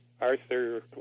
Arthur